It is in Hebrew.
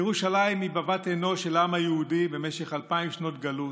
ירושלים היא בבת עינו של העם היהודי במשך אלפיים שנות גלות.